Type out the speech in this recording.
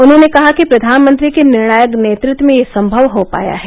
उन्होंने कहा कि प्रधानमंत्री के निर्णायक नेतृत्व में यह संभव हो पाया है